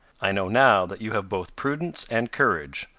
i know now that you have both prudence and courage.